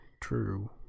True